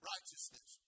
Righteousness